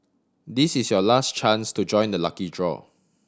this is your last chance to join the lucky draw